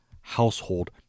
household